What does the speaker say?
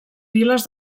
viles